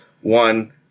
one